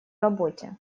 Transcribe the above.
работе